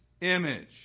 image